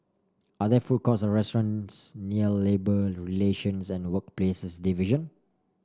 are there food courts or restaurants near Labour Relations and Workplaces Division